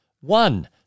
One